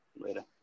Later